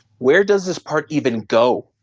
where does this part even go?